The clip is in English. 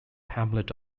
hamlet